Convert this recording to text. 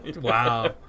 Wow